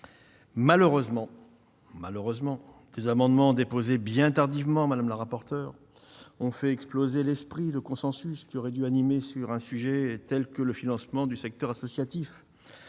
Malheureusement, des amendements déposés bien tardivement, madame la rapporteur, ont fait exploser l'esprit de consensus qui aurait dû nous animer sur un sujet comme le financement du secteur associatif.